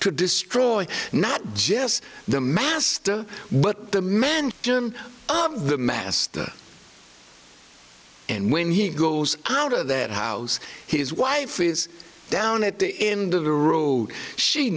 to destroy not just the master what the men germ of the master and when he goes out of that house his wife is down at the end of the road she